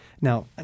Now